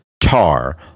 Tar